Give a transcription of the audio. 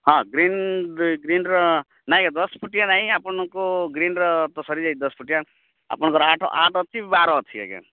ହଁ green green ର ନାଇଁ ଦଶ୍ ଫୁଟିଆ ନାହିଁ ଆପଣଙ୍କୁ ଗ୍ରୀନ୍ର ତ ସାରିଯାଇଛି ଦଶ୍ ଫୁଟିଆ ଆପଣଙ୍କର ଆଠ୍ ଆଠ ଅଛି ବାର ଅଛି ଆଜ୍ଞା